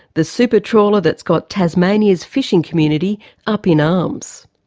the super trawler that's got tasmania's fishing community up in arms.